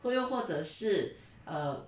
或又或者是 err